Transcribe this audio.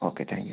okay thank you